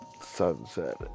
sunset